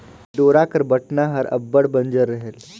डोरा कर बटना हर अब्बड़ बंजर रहेल